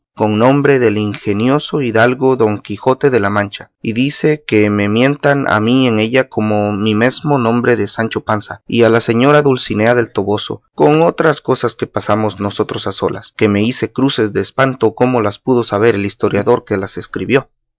con nombre del ingenioso hidalgo don quijote de la mancha y dice que me mientan a mí en ella con mi mesmo nombre de sancho panza y a la señora dulcinea del toboso con otras cosas que pasamos nosotros a solas que me hice cruces de espantado cómo las pudo saber el historiador que las escribió